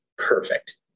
perfect